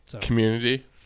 Community